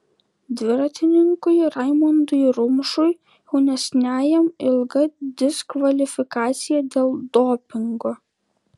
dviratininkui raimondui rumšui jaunesniajam ilga diskvalifikacija dėl dopingo